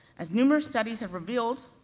as numerous studies have revealed,